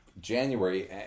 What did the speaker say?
January